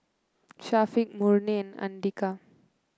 Syafiq Murni and Andika